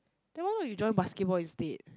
then why not you join basketball instead